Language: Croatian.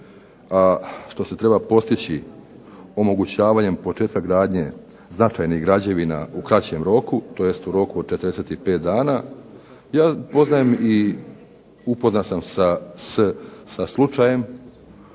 što se treba postići omogućavanjem početka gradnje značajnih građevina u kraćem roku, tj. u roku od 45 dana, ja poznajem i upoznat sam sa slučajem